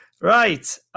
Right